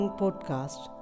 podcast